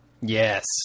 Yes